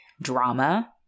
drama